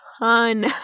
ton